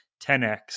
10x